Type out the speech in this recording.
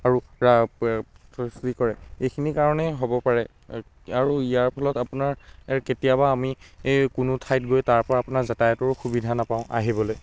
আৰু এইখিনি কাৰণেই হ'ব পাৰে আৰু ইয়াৰ ফলত আপোনাৰ কেতিয়াবা আমি এই কোনো ঠাইত গৈ তাৰ পৰা আপোনাৰ যাতায়তৰো সুবিধা নাপাওঁ আহিবলৈ